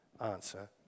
answer